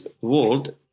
world